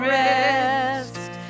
rest